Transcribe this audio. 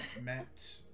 met